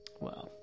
Wow